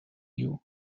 you